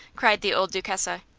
cried the old duchessa,